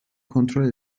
kontrol